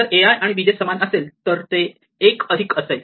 जर a i आणि b j समान असेल तर ते एक अधिक असेल